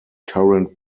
current